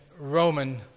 Roman